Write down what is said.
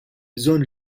bżonn